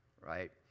Right